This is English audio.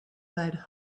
led